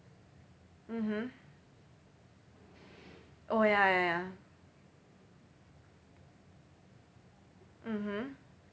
mmhmm oh ya ya ya mmhmm